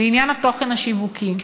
לעניין התוכן השיווקי,